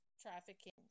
trafficking